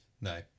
No